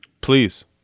Please